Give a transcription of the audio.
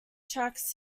tracks